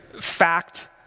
fact